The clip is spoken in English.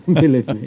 believe me